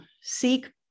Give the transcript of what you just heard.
seek